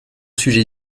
sujet